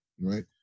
right